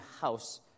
house